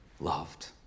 loved